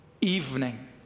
evening